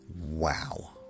...wow